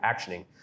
actioning